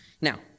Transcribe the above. Now